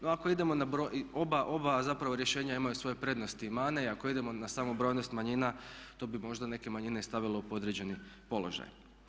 Na ako idemo na oba, oba zapravo rješenja imaju svoje prednosti i manje, ako idemo na samu brojnost manjina to bi možda neke manjine i stavilo u podređeni položaj.